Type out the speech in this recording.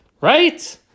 right